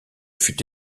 fut